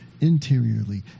interiorly